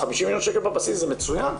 50 מיליון שקל בבסיס זה מצוין,